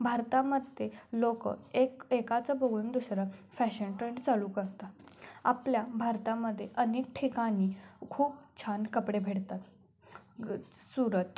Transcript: भारतामध्ये लोकं एक एकाचं बघून दुसरं फॅशन ट्रेंड चालू करतात आपल्या भारतामध्ये अनेक ठिकाणी खूप छान कपडे भेटतात ग सुरत